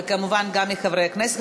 וכמובן גם מחברי הכנסת.